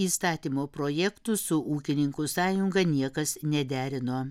įstatymo projektų su ūkininkų sąjunga niekas nederino